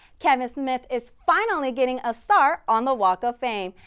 kevin smith is finally getting a star on the walk of fame.